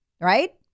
Right